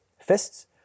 fists